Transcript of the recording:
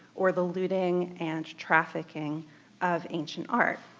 or the looting and trafficking of ancient art.